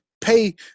pay